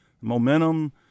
momentum